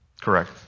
correct